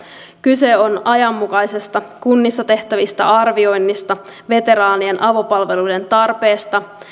kyse on ajanmukaisesta kunnissa tehtävästä arvioinnista veteraanien avopalveluiden tarpeesta